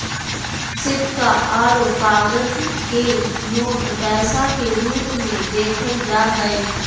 सिक्का आरो कागज के नोट पैसा के रूप मे देखल जा हय